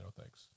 thanks